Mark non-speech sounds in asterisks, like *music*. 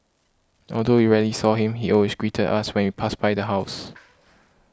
although we rarely saw him he always greeted us when we passed by the house *noise*